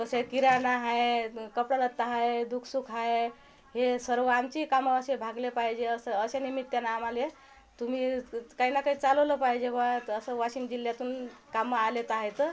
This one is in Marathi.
तसं किराणा आहे कपडालत्ता आहे दुःख सुख आहे हे सर्व आमचेही कामं असे भागले पाहिजे असं अशा निमित्त्यानं आमाले तुम्ही काहीना काही चालवलं पाहिजे बुवा असं वाशिम जिल्ह्यातून कामं आलेत आहे तर